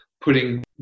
putting